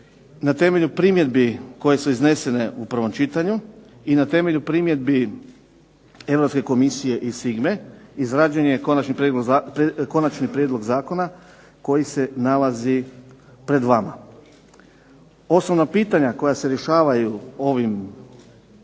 na temelju primjedbi koje su iznesene u prvom čitanju i na temelju primjedbi Europske komisije i SIGMA-e izrađen je Konačni prijedlog zakona koji se nalazi pred nama. Osnovna pitanja koja se rješavaju ovim zakonom